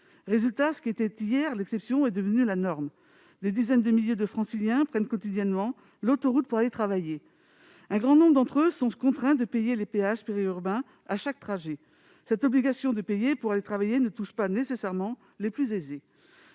Résultat, ce qui était hier l'exception est devenu la norme. Des dizaines de milliers de Franciliens prennent quotidiennement l'autoroute pour aller travailler. Un grand nombre d'entre eux sont contraints de payer les péages périurbains à chaque trajet. Cette obligation de payer pour aller travailler ne touche pas nécessairement les plus aisés.